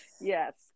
Yes